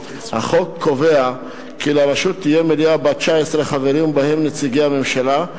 החוק קובע כי לרשות תהיה מליאה בת 19 חברים ובהם נציגי הממשלה,